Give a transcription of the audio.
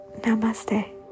Namaste